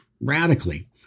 radically